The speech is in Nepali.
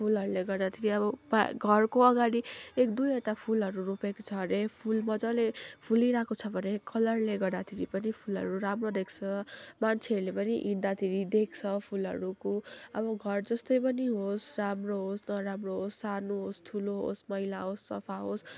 फुलहरूले गर्दाखेरि अब पा घरको अगाडि एक दुईवटा फुलहरू रोपेको छ अरे फुल मजाले फुलिरहेको छ भने कलरले गर्दाखेरि पनि फुलहरू राम्रो देख्छ मान्छेहरूले पनि हिड्दा खेरि देख्छ फुलहरूको अब घर जस्तै पनि होस् राम्रो होस् नराम्रो होस् सानो होस् ठुलो होस् मैला होस् सफा होस्